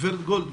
גברת גולד,